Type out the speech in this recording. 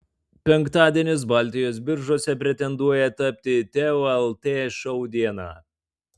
penktadienis baltijos biržose pretenduoja tapti teo lt šou diena